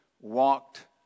walked